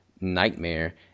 nightmare